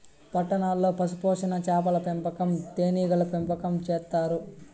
పట్టణాల్లో పశుపోషణ, చాపల పెంపకం, తేనీగల పెంపకం చేత్తారు